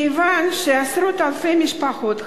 כיוון שעשרות אלפי המשפחות האלה,